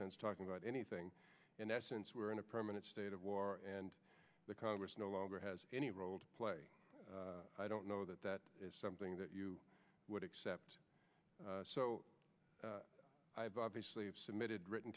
sense talking about anything in essence we're in a permanent state of war and the congress no longer has any role to play i don't know that that is something that you would accept so i've obviously submitted written